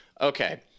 okay